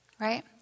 right